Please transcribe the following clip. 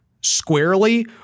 squarely